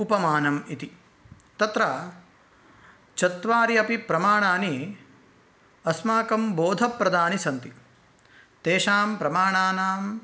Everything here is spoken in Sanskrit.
उपमानम् इति तत्र चत्वारि अपि प्रमाणानि अस्माकं बोधप्रदानि सन्ति तेषां प्रमाणानाम्